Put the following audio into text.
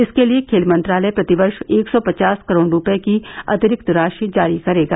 इसके लिये खेल मंत्रालय प्रति वर्ष एक सौ पचास करोड़ रुपये की अतिरिक्त राशि जारी करेगा